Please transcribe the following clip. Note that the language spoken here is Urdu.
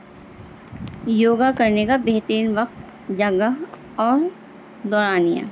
یوگا کرنے کا بہترین وقت جگہ اور دورانیا